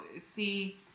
see